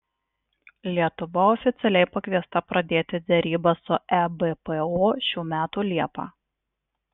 lietuva oficialiai pakviesta pradėti derybas su ebpo šių metų liepą